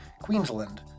Queensland